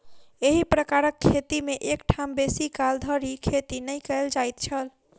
एही प्रकारक खेती मे एक ठाम बेसी काल धरि खेती नै कयल जाइत छल